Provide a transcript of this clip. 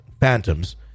phantoms